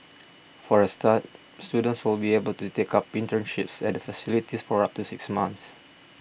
for a start students will be able to take up internships at the facility for up to six months